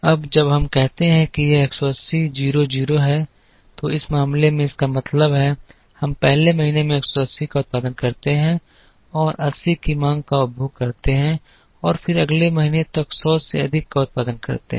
अब जब हम कहते हैं कि यह 180 0 0 है तो इस मामले में इसका मतलब है हम पहले महीने में 180 का उत्पादन करते हैं और 80 की मांग का उपभोग करते हैं और फिर अगले महीने तक सौ से अधिक का उत्पादन करते हैं